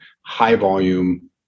high-volume